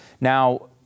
Now